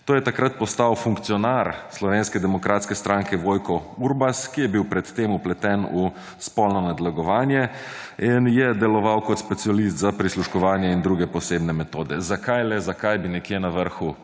To je takrat postal funkcionar Slovenske demokratske stranke Vojko Urbas, ki je bil pred tem vpleten v spolno nadlegovanje in je deloval kot specialist za prisluškovanje in druge posebne metode. Zakaj, le zakaj bi nekje na vrhu